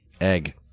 egg